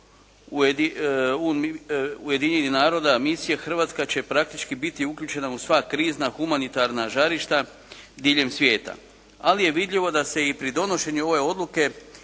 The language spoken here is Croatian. Ujedinjenih naroda misije Hrvatska će praktički biti uključena u sva krizna humanitarna žarišta diljem svijeta, ali je vidljivo da se i pri donošenju ove odluke